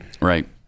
Right